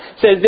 says